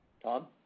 Tom